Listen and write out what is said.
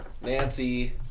Nancy